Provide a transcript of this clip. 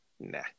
Nah